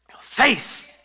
faith